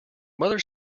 mother